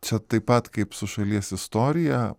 čia taip pat kaip su šalies istorija